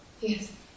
Yes